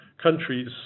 countries